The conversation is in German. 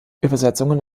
übersetzungen